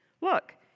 Look